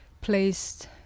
placed